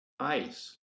ice